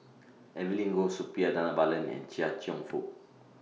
Evelyn Goh Suppiah Dhanabalan Chia Cheong Fook